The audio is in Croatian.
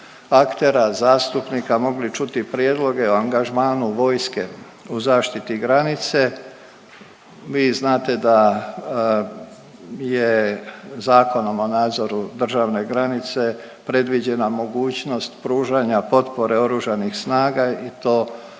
aktera zastupnika mogli čuti prijedloge o angažmanu vojske u zaštiti granice, vi znate da je Zakonom o nadzoru državne granice predviđena mogućnost pružanja potpore oružanih snaga i to onda